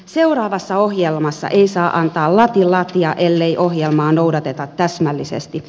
seuraavassa ohjelmassa ei saa antaa latin latia ellei ohjelmaa noudateta täsmällisesti